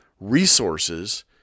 resources